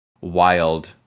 wild